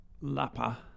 Lapa